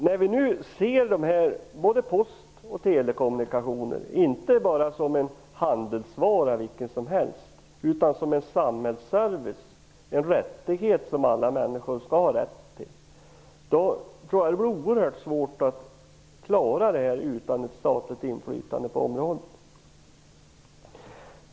När vi nu ser både post och telekommunikationer inte bara som en handelsvara vilken som helst utan som en samhällsservice, en rättighet som alla människor skall ha, kan vi konstatera att det är oerhört svårt att klara det utan ett statligt inflytande på området.